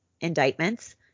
indictments